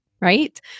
right